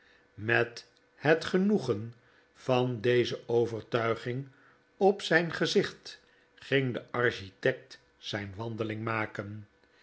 met het genoegen van deze overtuiging op zijn gezicht ging de architect zijn wandeling maken